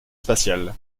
spatial